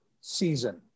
season